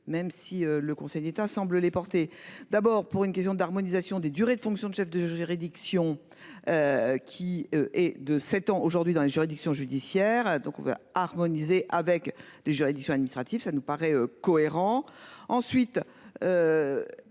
Même si le Conseil d'État semble les porter d'abord pour une question de l'harmonisation des durées de fonction de chef de juridiction. Qui est de 7 ans aujourd'hui dans les juridictions judiciaires, donc on va harmoniser avec les juridictions administratives, ça nous paraît cohérent ensuite.